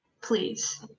Please